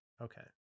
okay